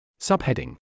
Subheading